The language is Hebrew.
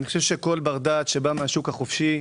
כל בר דעת שבא מהשוק החופשי,